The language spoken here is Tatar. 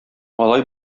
алай